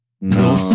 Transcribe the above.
Little